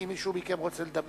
אם מישהי מכן רוצה לדבר